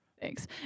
Thanks